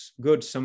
good